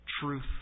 truth